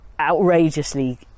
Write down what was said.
outrageously